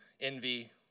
envy